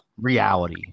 reality